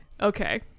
Okay